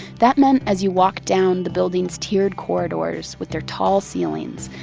that meant as you walked down the building's tiered corridors with their tall ceilings,